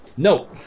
No